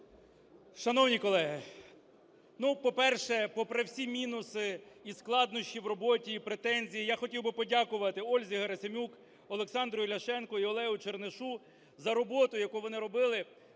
Шановні колеги, по-перше, попри всі мінуси і складнощі в роботі, і претензії, я хотів би подякувати Ользі Герасим'юк, Олександру Ільяшенку і Олегу Чернишу за роботу, яку вони робили